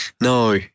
No